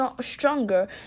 stronger